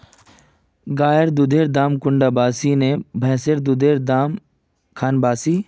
गायेर दुधेर दाम कुंडा बासी ने भैंसेर दुधेर र दाम खान बासी?